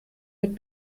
mit